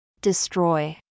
destroy